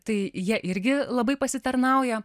tai jie irgi labai pasitarnauja